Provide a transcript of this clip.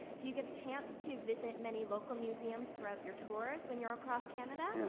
do you get a chance to visit many local museums throughout your tours when you're across canada,